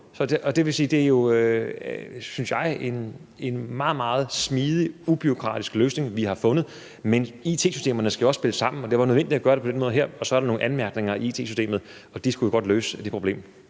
meget smidig ubureaukratisk løsning, vi har fundet, men it-systemerne skal jo også spille sammen, og det var nødvendigt at gøre det på den måde her, og så er der nogle anmærkninger i it-systemet, og de skulle jo løse det problem.